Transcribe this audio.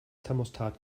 thermostat